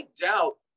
doubt